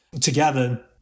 together